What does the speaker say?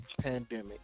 pandemic